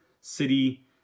city